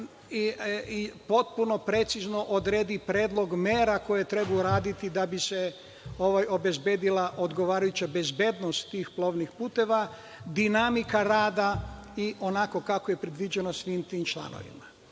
i potpuno precizno da odredi predlog mera koje treba uraditi da bi se obezbedila odgovarajuća bezbednost tih plovnih puteva, dinamika rada i onako kako je predviđeno svim tim članovima. Na